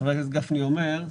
שחבר הכנסת גפני אומר,